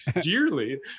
dearly